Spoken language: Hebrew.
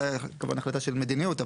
זו כמובן החלטה של מדיניות,